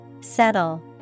Settle